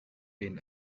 been